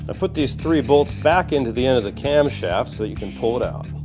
ah put these three bolts back into the end of the cam shaft so you can pull it out